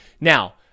Now